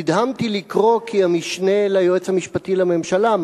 נדהמתי לקרוא כי המשנה ליועץ המשפטי לממשלה,